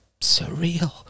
surreal